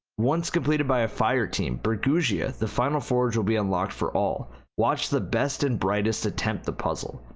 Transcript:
once completed by a fireteam, bergusia, the final forge, will be unlocked for all watch the best and brightest attempt the puzzle.